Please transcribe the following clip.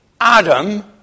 Adam